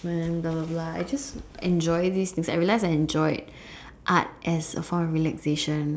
~ment blah blah blah I just enjoy this since I realised I enjoyed art as a form of relaxation